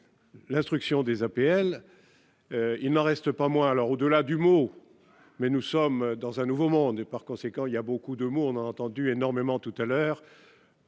l'instruction des APL, il n'en reste pas moins alors au-delà du mot, mais nous sommes dans un nouveau monde et par conséquent il y a beaucoup de mots, on a entendu énormément tout à l'heure.